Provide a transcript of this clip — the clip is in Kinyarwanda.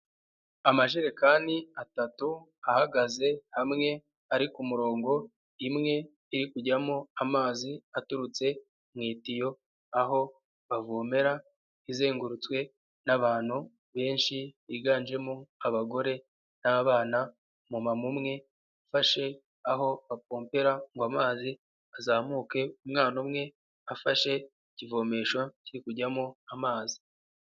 Amajerekani atatu ahagaze hamwe ari kumurongo imwe iri kujyamo amazi aturutse mu itiyo aho bavomera izengurutswe n'abantu benshi biganjemo abagore n'abana umuma umwe ufashe aho bapompera ngo amazi azamuke, umwana umwe afashe ikivomesho kikujyamo amazi.